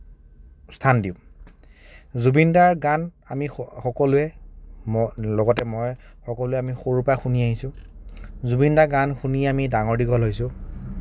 স্থান দিম জুবিনদাৰ গান আমি সকলোৱে ম লগতে মই সকলোৱে আমি সৰুৰ পৰা শুনি আহিছোঁ জুবিনদাৰ গান শুনি আমি ডাঙৰ দীঘল হৈছোঁ